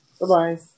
Bye-bye